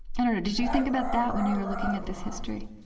i don't know, did you think about that when you were looking at this history?